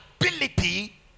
ability